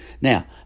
Now